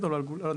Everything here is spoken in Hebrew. לא על נפשות.